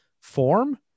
form